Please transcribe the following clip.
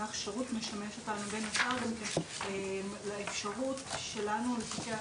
המונח שירות משמש אותנו בין השאר גם לאפשרות שלנו לפקח